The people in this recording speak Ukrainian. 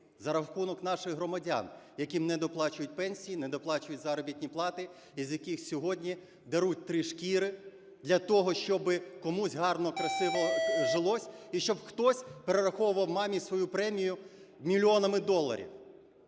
За рахунок наших громадян, яким недоплачують пенсії, недоплачують заробітні плати і з яких сьогодні деруть три шкіри. Для того, щоби комусь гарно, красиво жилось і щоб хтось перераховував мамі свою премію мільйонами доларів.